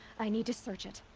i need to search it.